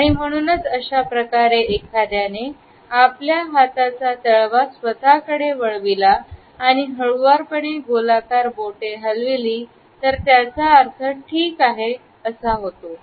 आणि म्हणूनच अशाप्रकारे एखाद्याने आपल्या हाताचा तळवा स्वतःकडे वळविला आणि हळूवारपणे गोलाकार बोटे हलविली तर त्याचा अर्थ ' ठीक आहे' असा होतो